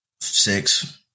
six